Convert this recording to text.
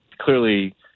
clearly